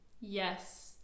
yes